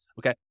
Okay